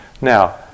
Now